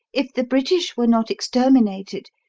if the british were not exterminated,